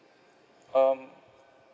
um